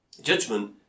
Judgment